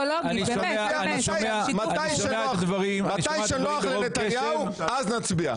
מתי נוח לנתניהו, אז נצביע.